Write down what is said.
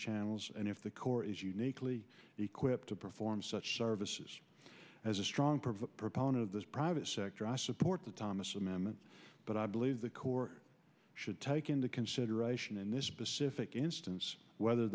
channels and if the corps is uniquely equipped to perform such services as a strong proponent of this private sector i support the thomas amendment but i believe the corps should take into consideration in this specific instance whether